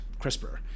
CRISPR